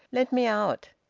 let me out.